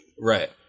Right